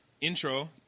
intro